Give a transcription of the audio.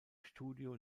studio